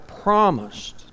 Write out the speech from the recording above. promised